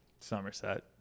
Somerset